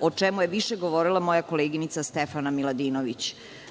o čemu je više govorila moja koleginica Stefana Miladinović,